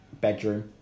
bedroom